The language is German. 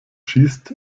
schießt